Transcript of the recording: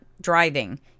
driving